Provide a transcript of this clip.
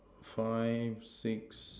five six